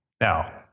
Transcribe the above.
now